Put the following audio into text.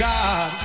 God